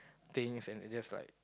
things and they're just like